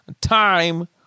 time